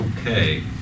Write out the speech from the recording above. okay